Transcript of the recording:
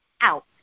out